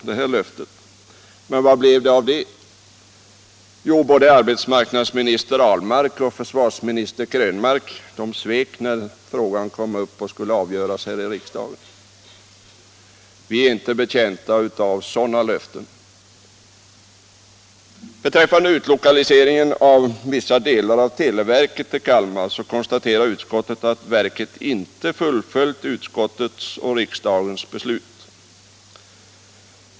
Vad blev det av detta löfte? Ja, både arbetsmarknadsminister Ahlmark och försvarsminister Krönmark svek när frågan avgjordes här i riksdagen. Vi är inte betjänta av sådana löften. Beträffande utlokaliseringen av vissa delar av televerket till Kalmar konstaterar utskottet att verket inte fullföljt utskottets och riksdagens beslut.